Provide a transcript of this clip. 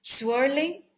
swirling